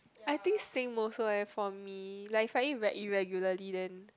I think same also eh for me like if I eat very irregularly then